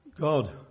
God